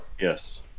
Yes